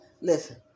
Listen